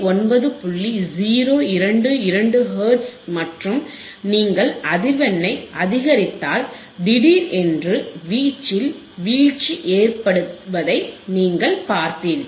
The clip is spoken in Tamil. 022 ஹெர்ட்ஸ் மற்றும் நீங்கள் அதிர்வெண்ணை அதிகரித்தால் திடீரென்று வீச்சில் வீழ்ச்சி ஏற்படுவதை நீங்கள் பார்ப்பீர்கள்